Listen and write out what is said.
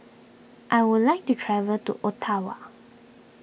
I would like to travel to Ottawa